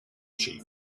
chief